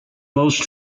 most